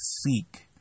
seek